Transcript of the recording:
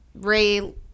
Ray